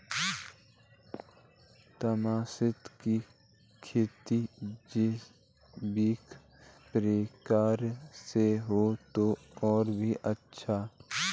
tamarind की खेती जैविक प्रक्रिया से हो तो और भी अच्छा